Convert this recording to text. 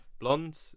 Blonde